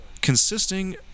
consisting